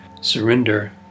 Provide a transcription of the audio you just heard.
surrender